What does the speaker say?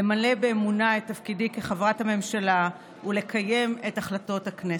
למלא באמונה את תפקידי כחבר הממשלה ולקיים את החלטות הכנסת.